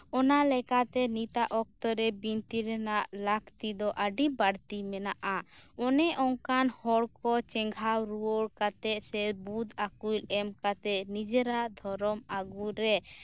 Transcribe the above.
ᱚᱱᱟᱞᱮᱠᱟᱛᱮ ᱱᱤᱛᱟᱜ ᱚᱠᱛᱚᱨᱮ ᱵᱤᱱᱛᱤᱨᱮᱱᱟᱜ ᱞᱟᱹᱠᱛᱤ ᱫᱚ ᱟᱹᱰᱤ ᱵᱟᱹᱲᱛᱤ ᱢᱮᱱᱟᱜ ᱟ ᱚᱱᱮ ᱚᱱᱠᱟᱱ ᱦᱚᱲ ᱠᱚ ᱪᱮᱸᱜᱷᱟᱣ ᱨᱩᱣᱟᱹᱲ ᱠᱟᱛᱮ ᱥᱮ ᱵᱩᱫᱷ ᱟᱹᱠᱤᱞ ᱮᱢ ᱠᱟᱛᱮ ᱱᱤᱡᱮᱨᱟᱜ ᱫᱷᱚᱨᱚᱢ ᱟᱹᱜᱩ ᱨᱮ